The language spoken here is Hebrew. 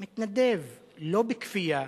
אדוני היושב-ראש,